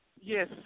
Yes